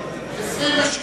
בעד, 26,